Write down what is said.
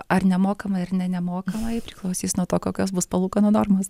ar nemokamai ir ne nemokamai priklausys nuo to kokios bus palūkanų normos